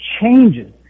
changes